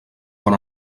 bon